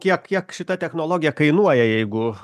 kiek kiek šita technologija kainuoja jeigu